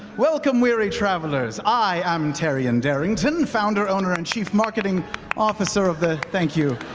welcome weary travelers! i am taryon darrington, founder, owner, and chief marketing officer of the, thank you,